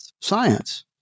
science